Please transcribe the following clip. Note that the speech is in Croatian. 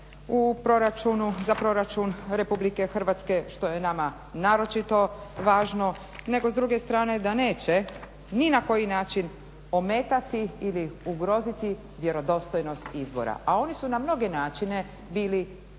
u proračunu, za proračun Republike Hrvatske što je nama naročito važno nego s druge strane da neće ni na koji način ometati ili ugroziti vjerodostojnost izbora. A oni su na mnoge načine bili